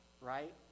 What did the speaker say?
Right